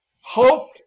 Hope